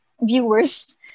viewers